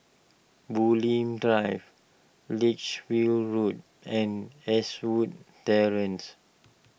Bulim Drive Lichfield Road and Eastwood Terrace